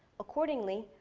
accordingly,